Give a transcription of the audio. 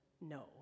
no